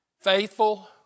Faithful